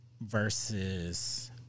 versus